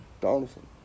Donaldson